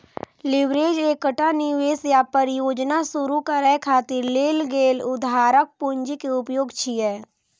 leverage एकटा निवेश या परियोजना शुरू करै खातिर लेल गेल उधारक पूंजी के उपयोग छियै